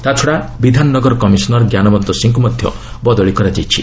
ତା୍ଚଡ଼ା Bidhannagar commissioner Gyanwant ସିଂଙ୍କୁ ମଧ୍ୟ ବଦଳି କରାଯାଇଛି